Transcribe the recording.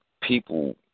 People